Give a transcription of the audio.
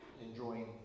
enjoying